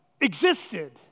existed